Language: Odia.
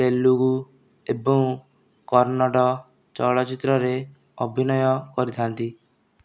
ତେଲୁଗୁ ଏବଂ କନ୍ନଡ଼ ଚଳଚ୍ଚିତ୍ରରେ ଅଭିନୟ କରିଥାନ୍ତି